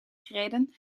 gereden